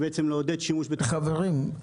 לעודד שימוש --- חברים,